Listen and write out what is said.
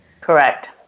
Correct